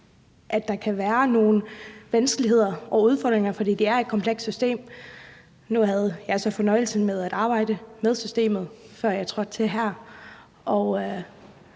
at der kan være nogle vanskeligheder og udfordringer, fordi det er et komplekst system. Nu havde jeg så fornøjelsen af at arbejde med systemet, før jeg trådte til her,